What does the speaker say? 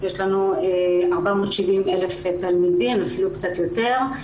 יש לנו 470,000 תלמידים, אפילו קצת יותר.